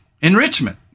enrichment